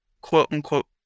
quote-unquote